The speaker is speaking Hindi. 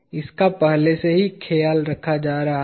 इसका पहले से ही ख्याल रखा जा रहा है